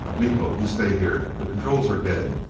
miko, you stay here! the controls are dead!